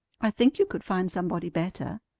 i think you could find somebody better.